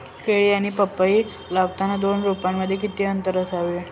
केळी किंवा पपई लावताना दोन रोपांमध्ये किती अंतर असावे?